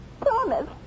Promise